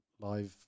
live